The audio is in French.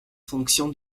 fonction